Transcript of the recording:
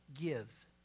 give